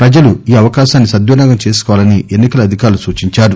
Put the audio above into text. ప్రజలు ఈ అవకాశాన్ని సద్వినియోగం చేసుకోవాలని ఎన్ని కల అధికారులు సూచించారు